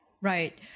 Right